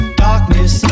darkness